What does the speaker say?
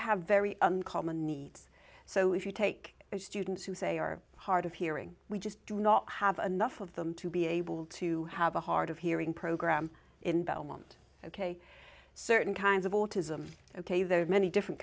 have very uncommon needs so if you take their students who say are hard of hearing we just do not have enough of them to be able to have a heart of hearing program in belmont ok certain kinds of autism ok there are many different